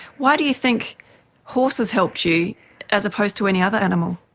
why do you think horses helped you as opposed to any other animal?